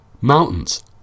Mountains